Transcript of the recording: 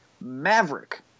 Maverick